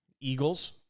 Eagles